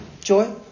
Joy